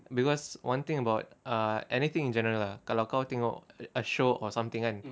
because one thing about uh anything in general ah kalau kau tengok a show or something kan